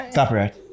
Copyright